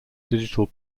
digital